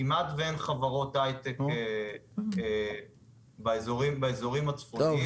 כמעט שאין חברות הייטק באזורים הצפוניים.